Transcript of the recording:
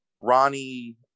Ronnie